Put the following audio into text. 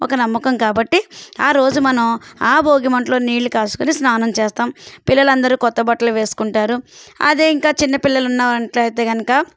ఒక నమ్మకం కాబట్టి ఆ రోజు మనం ఆ భోగిమంటలో నీళ్ళు కాచుకొని స్నానం చేస్తాము పిల్లలు అందరూ క్రొత్త బట్టలు వేసుకుంటారు అదే ఇంకా చిన్న పిల్లలు ఉన్న ఇంట్లో అయితే కనుక